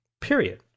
period